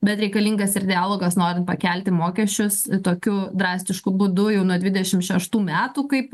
bet reikalingas ir dialogas norint pakelti mokesčius tokiu drastišku būdu jau nuo dvidešim šeštų metų kaip